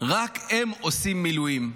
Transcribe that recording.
רק הם עושים מילואים.